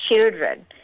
children